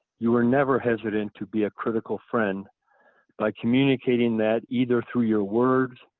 you were never hesitant to be a critical friend by communicating that either through your words,